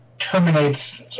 terminates